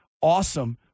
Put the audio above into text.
awesome